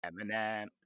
Eminem